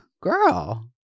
girl